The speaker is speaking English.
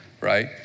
right